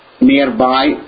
nearby